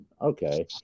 Okay